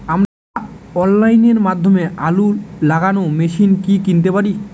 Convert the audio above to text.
আমরা অনলাইনের মাধ্যমে আলু লাগানো মেশিন কি কিনতে পারি?